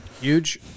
huge